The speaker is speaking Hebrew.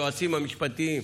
היועצים המשפטיים,